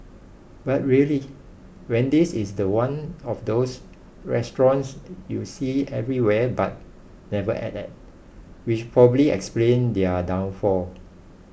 but really Wendy's is the one of those restaurants you see everywhere but never ate at which probably explain their downfall